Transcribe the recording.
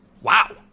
wow